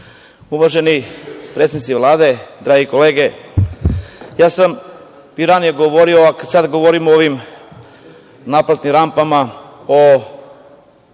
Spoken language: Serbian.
se. Uvaženi predstavnici Vlade, drage kolege, ja sam i ranije govorio, a sad govorim o ovim naplatnim rampama, o